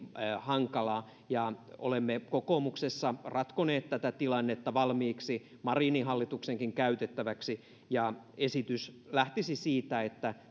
hankalaa ja olemme kokoomuksessa ratkoneet tätä tilannetta valmiiksi marinin hallituksenkin käytettäväksi ja esitys lähtisi siitä että